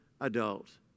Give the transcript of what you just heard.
adults